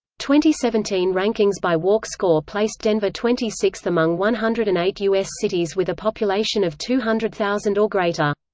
seventeen rankings by walk score placed denver twenty-sixth among one hundred and eight u s. cities with a population of two hundred thousand or greater.